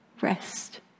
rest